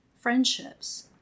friendships